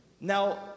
Now